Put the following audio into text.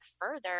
further